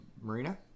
marina